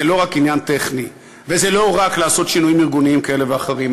זה לא רק עניין טכני וזה לא רק לעשות שינויים ארגוניים כאלה ואחרים,